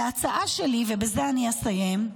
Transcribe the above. וההצעה שלי, ובזה אני אסיים,